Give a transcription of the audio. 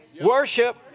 worship